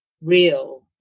real